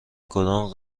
کدام